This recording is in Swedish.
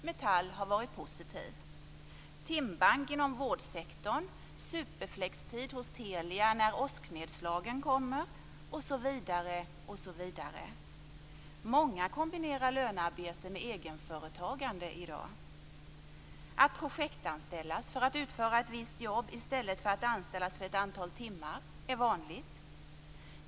Metall har varit positivt. Det finns timbank inom vårdsektorn, superflextid hos Telia när åsknedslagen kommer osv. Många kombinerar lönearbete med egenföretagande i dag. Att projektanställas för att utföra ett visst jobb i stället för att anställas för ett antal timmar är vanligt.